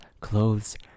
clothes